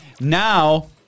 Now